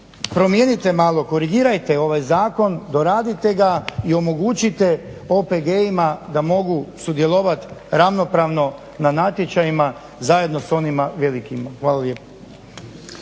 promijenite malo, korigirajte ovaj zakon, doradite ga i omogućite OPG-ima da mogu sudjelovati ravnopravno na natječajima zajedno s onima velikima. Hvala lijepa.